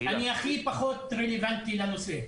אני הכי פחות רלוונטי לנושא.